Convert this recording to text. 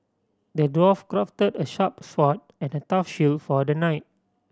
the dwarf crafted a sharp sword and a tough shield for the knight